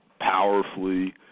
powerfully